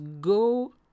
go